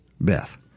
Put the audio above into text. beth